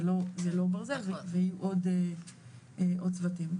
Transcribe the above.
זה לא ברזל ועם עוד צוותים,